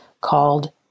called